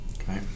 Okay